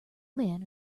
man